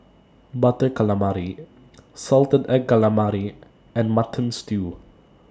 Butter Calamari Salted Egg Calamari and Mutton Stew